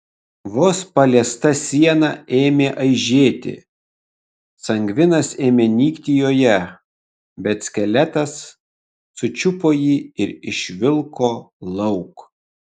vos paliesta siena ėmė aižėti sangvinas ėmė nykti joje bet skeletas sučiupo jį ir išvilko lauk